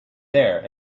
there